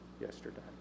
yesterday